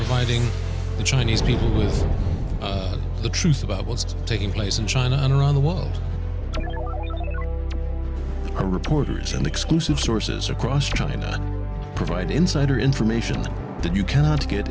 fighting the chinese people is the truth about what's taking place in china and around the world reporters and exclusive sources across china provide insider information that you cannot get